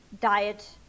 diet